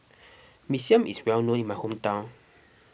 Mee Siam is well known in my hometown